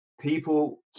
people